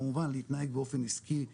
כמובן להתנהג באופן עיסקי ואחראי,